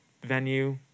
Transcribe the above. venue